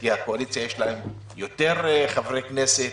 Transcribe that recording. כי לקואליציה יש יותר חברי כנסת,